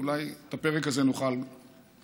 ואולי את הפרק הזה נוכל לחשוף,